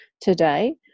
today